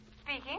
Speaking